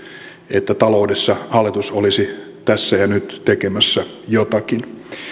että taloudessa hallitus olisi tässä ja nyt tekemässä jotakin